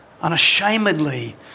unashamedly